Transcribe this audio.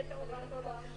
אושרו.